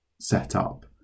setup